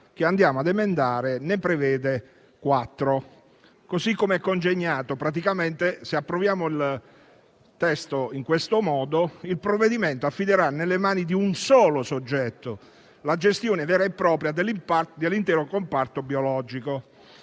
che andiamo a emendare ne prevede quattro. Così come congegnato, se approviamo il testo in questo modo, il provvedimento affiderà nelle mani di un solo soggetto la gestione vera e propria dell'intero comparto biologico.